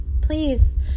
Please